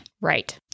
Right